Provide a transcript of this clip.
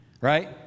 Right